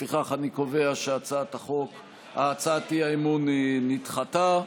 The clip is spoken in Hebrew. לפיכך אני קובע שהצעת האי-אמון נדחתה.